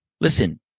Listen